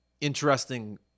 interesting